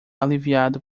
aliviado